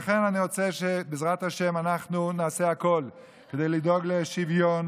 לכן אני רוצה שבעזרת השם אנחנו נעשה הכול כדי לדאוג לשוויון